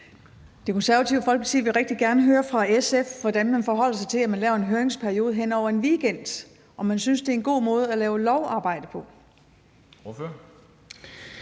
Det Konservative Folkeparti vil rigtig gerne høre fra SF, hvordan de forholder sig til, at man laver en høringsperiode hen over en weekend. Synes de, at det er en god måde at lave lovarbejde på?